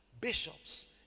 bishops